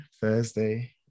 Thursday